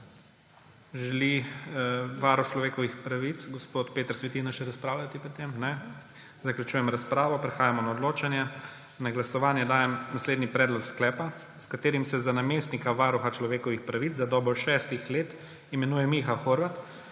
Želi varuh človekovih pravic gospod Peter Svetina še razpravljati pri tem? Ne. Zaključujem razpravo. Prehajamo na odločanje. Na glasovanje dajem naslednji predlog sklepa, s katerim se za namestnika varuha človekovih pravic za dobo šestih let imenuje Miha Horvat,